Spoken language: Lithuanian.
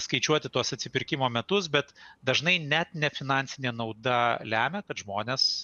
skaičiuoti tuos atsipirkimo metus bet dažnai net ne finansinė nauda lemia kad žmonės